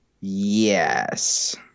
yes